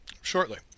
shortly